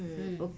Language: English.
mm